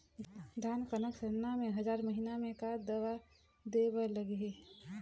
धान कनक सरना मे हजार महीना मे का दवा दे बर लगही?